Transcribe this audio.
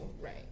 Right